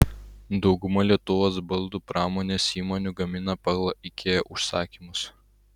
dauguma lietuvos baldų pramonės įmonių gamina pagal ikea užsakymus